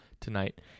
tonight